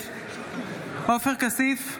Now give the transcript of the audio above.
עופר כסיף,